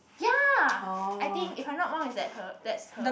ya I think if I'm not wrong is that her that's her